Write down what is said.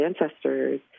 ancestors